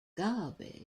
garbage